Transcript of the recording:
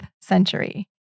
century